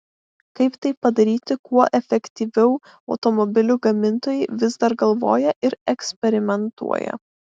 kaip tai padaryti kuo efektyviau automobilių gamintojai vis dar galvoja ir eksperimentuoja